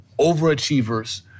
overachievers